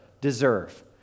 deserve